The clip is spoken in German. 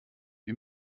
wie